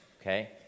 Okay